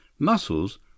Muscles